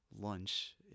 lunch